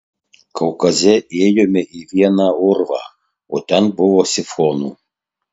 kaukaze ėjome į vieną urvą o ten buvo sifonų